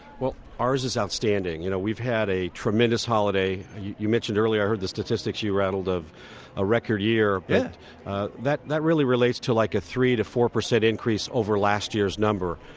well, ours is outstanding. you know we've had a tremendous holiday. you mentioned earlier, i heard the statistics you rattled of a record year yeah that that really relates to like a three to four percent increase over last year's number.